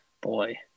Boy